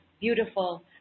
Beautiful